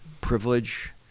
privilege